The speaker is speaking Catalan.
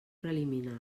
preliminar